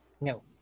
no